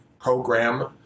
program